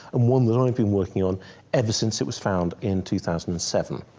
and one that i've been working on ever since it was found in two thousand and seven.